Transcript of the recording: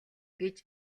гэж